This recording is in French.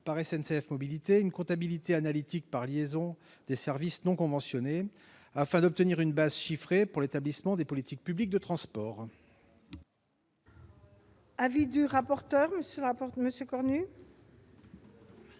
par SNCF Mobilités, une comptabilité analytique par liaison des services non conventionnés, afin d'obtenir une base chiffrée pour l'établissement des politiques publiques de transport.